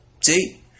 See